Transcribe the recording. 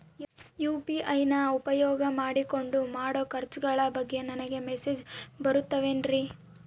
UPI ನ ಉಪಯೋಗ ಮಾಡಿಕೊಂಡು ಮಾಡೋ ಖರ್ಚುಗಳ ಬಗ್ಗೆ ನನಗೆ ಮೆಸೇಜ್ ಬರುತ್ತಾವೇನ್ರಿ?